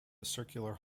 circular